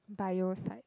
bio side